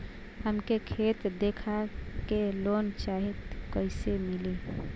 हमके खेत देखा के लोन चाहीत कईसे मिली?